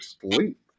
Sleep